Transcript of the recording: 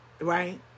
right